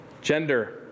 Gender